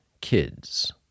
kids